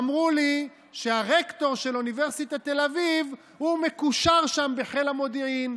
אמרו לי שהרקטור של אוניברסיטת תל אביב מקושר שם בחיל המודיעין,